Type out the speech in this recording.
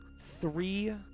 three